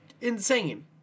insane